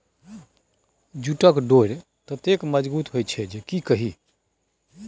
जूटक डोरि ततेक मजगुत होए छै जे की कही